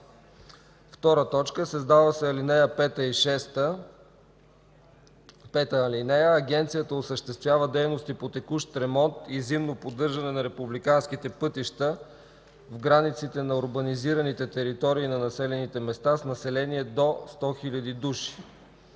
2. Създават се ал. 5 и 6: „(5) Агенцията осъществява дейностите по текущ ремонт и зимно поддържане на републиканските пътища в границите на урбанизираните територии за населените места с население до 100 000 души.